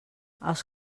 els